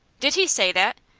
did he say that?